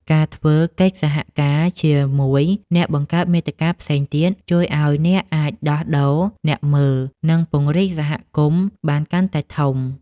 ការធ្វើកិច្ចសហការ ជាមួយអ្នកបង្កើតមាតិកាផ្សេងទៀត ជួយឱ្យអ្នកអាចដោះដូរអ្នកមើល និងពង្រីកសហគមន៍បានកាន់តែធំ។